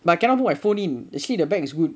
but cannot put my phone in they say the bag is good